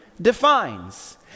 defines